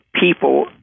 people